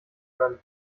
können